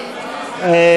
רוזין.